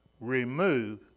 Remove